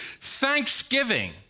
Thanksgiving